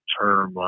term